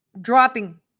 dropping